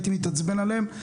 הייתי מתעצבן עליהם,